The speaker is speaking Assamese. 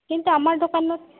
কিন্তু আমাৰ দোকানত